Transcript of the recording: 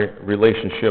relationship